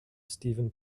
stephen